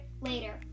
later